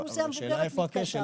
השאלה היא: איפה הכשל?